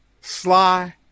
Sly